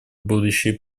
будущие